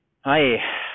Hi